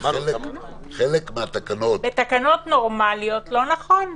בחלק מהתקנות --- בתקנות נורמליות, לא נכון.